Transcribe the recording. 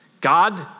God